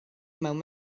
mewn